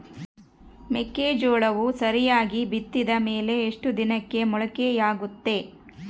ಮೆಕ್ಕೆಜೋಳವು ಸರಿಯಾಗಿ ಬಿತ್ತಿದ ಮೇಲೆ ಎಷ್ಟು ದಿನಕ್ಕೆ ಮೊಳಕೆಯಾಗುತ್ತೆ?